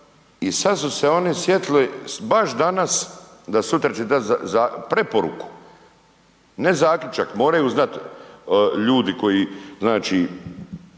i sad su se oni sjetili baš danas da sutra će dat preporuku, ne zaključak, moraju znat ljudi koji, znači